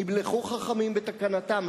נמלכו חכמים בתקנתם,